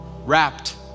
wrapped